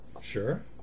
Sure